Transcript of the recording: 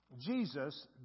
Jesus